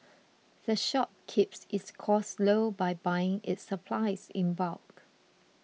the shop keeps its costs low by buying its supplies in bulk